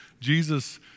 Jesus